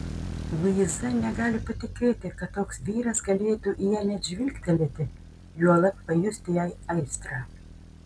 luiza negali patikėti kad toks vyras galėtų į ją net žvilgtelėti juolab pajusti jai aistrą